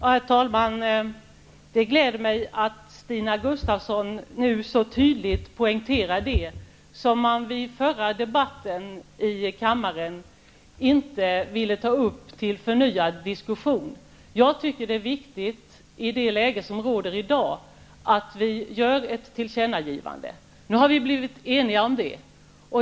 Herr talman! Det glädjer mig att Stina Gustavsson nu så tydligt poängterar det som man vid den förra debatten i kammaren inte ville ta upp till förnyad diskussion. I dagens läge tycker jag att det är viktigt att vi gör ett tillkännagivande. Nu har vi blivit eniga om det.